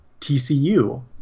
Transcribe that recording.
TCU